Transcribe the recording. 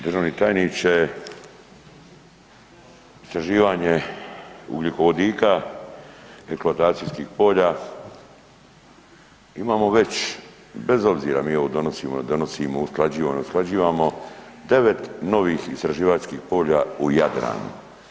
Državni tajniče istraživanje ugljikovodika, eksploatacijskih polja imamo već bez obzira mi ovo donosimo, ne donosimo, usklađivamo, ne usklađivamo, 9 novih istraživačkih polja u Jadranu.